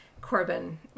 Corbin